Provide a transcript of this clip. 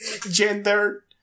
gender